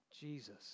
Jesus